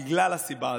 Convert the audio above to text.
בגלל הסיבה,